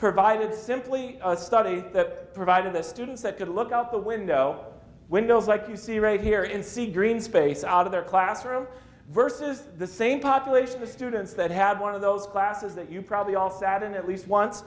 provided simply a study that provided the students that could look out the window windows like you see right here in see green space out of their classroom versus the same population the students that had one of those classes that you probably all sat in at least once